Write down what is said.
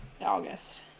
August